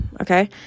okay